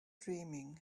dreaming